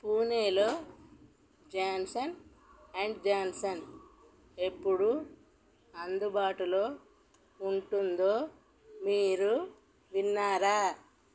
పూణేలో Johnson and Johnson ఎప్పుడు అందుబాటులో ఉంటుందో మీరు విన్నారా